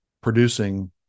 producing